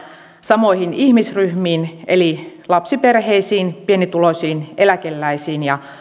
samoihin ihmisryhmiin eli lapsiperheisiin pienituloisiin eläkeläisiin ja